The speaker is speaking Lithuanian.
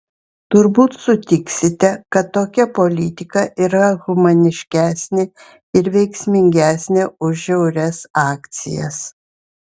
turbūt sutiksite kad tokia politika yra humaniškesnė ir veiksmingesnė už žiaurias akcijas